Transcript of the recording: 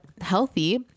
healthy